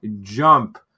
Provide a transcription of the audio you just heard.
jump